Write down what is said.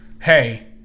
Hey